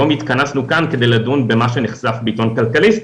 היום התכנסנו כאן כדי לדון במה שנחשף בעיתון כלכליסט,